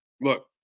look